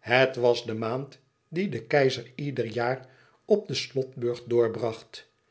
het was de maand die de keizer ieder jaar op den slotburcht doorbracht